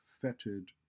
fetid